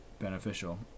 beneficial